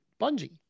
Bungie